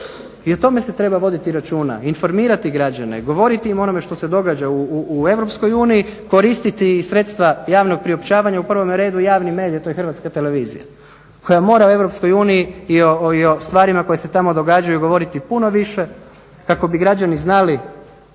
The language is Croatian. I o tome se treba voditi računa, informirati građane, govoriti im o onome što se događa u EU, koristiti i sredstva javnog priopćavanja u prvome redu javni medij, a to je Hrvatska televizija koja mora o EU i o stvarima koje se tamo događaju govoriti puno više kako bi građani znali